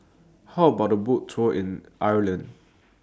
How about A Boat Tour in Ireland